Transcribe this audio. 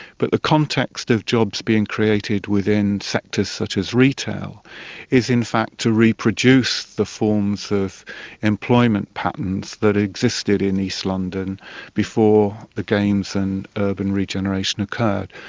but the context of jobs being created within sectors such as retail is in fact to reproduce the forms of employment patterns that existed in east london before the games and urban regeneration occurred.